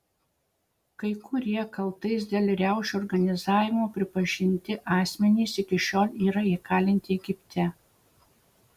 kai kurie kaltais dėl riaušių organizavimo pripažinti asmenys iki šiol yra įkalinti egipte